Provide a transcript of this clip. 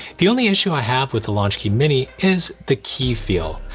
the only issue i have with the launch key mini is the key feel.